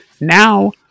Now